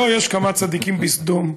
לא, יש כמה צדיקים בסדום.